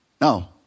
No